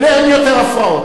אין יותר הפרעות.